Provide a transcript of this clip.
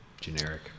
generic